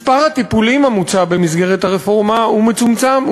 מספר הטיפולים המוצע במסגרת הרפורמה הוא מצומצם,